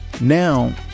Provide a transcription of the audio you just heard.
Now